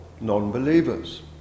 non-believers